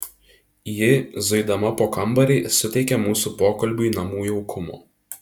ji zuidama po kambarį suteikė mūsų pokalbiui namų jaukumo